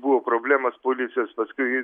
buvo problemos policijos paskui